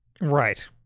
right